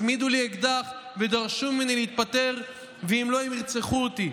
הצמידו לי אקדח ודרשו ממני להתפטר ואם לא הם ירצחו אותי,